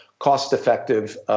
cost-effective